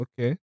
Okay